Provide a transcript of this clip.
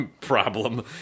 problem